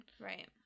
Right